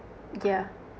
yeah